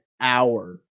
hour